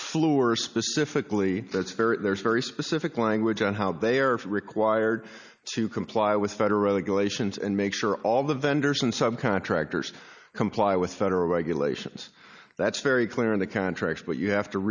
fluor specifically that's very there's very specific language on how they are required to comply with federal regulations and make sure all the vendors and subcontractors comply with federal regulations that's very clear in the contract but you have to